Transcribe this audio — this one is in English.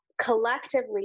collectively